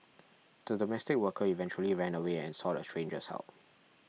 the domestic worker eventually ran away and sought a stranger's help